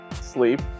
sleep